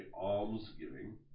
almsgiving